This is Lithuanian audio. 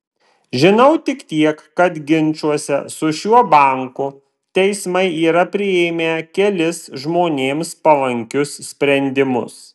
žinau tik tiek kad ginčuose su šiuo banku teismai yra priėmę kelis žmonėms palankius sprendimus